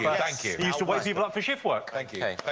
thank you. he used to wake people up for shift work. thank